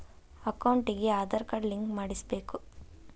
ಅಕೌಂಟಿಗೆ Aadhaar card link ಮಾಡಿಸಬೇಕು?